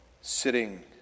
sitting